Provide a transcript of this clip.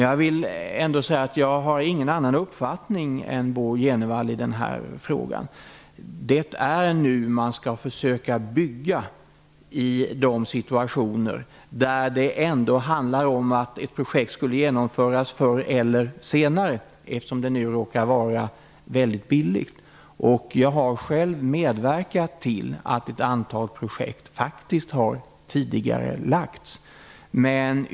Jag har ingen annan uppfattning än Bo Jenevall i denna fråga. Det är nu man skall försöka bygga i de situationer där ett projekt ändå, förr eller se nare, skulle genomföras, eftersom det nu råkar vara väldigt billigt. Jag har själv medverkat till att ett antal projekt faktiskt har tidigarelagts.